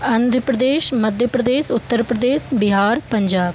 Andhra Pradesh Madhya Pradesh Uttar Pradesh Bihar Punjab